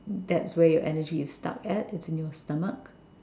that's where your energy is stuck at it's in your stomach